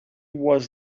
was